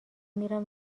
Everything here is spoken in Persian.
میرم